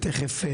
בטח.